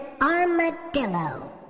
armadillo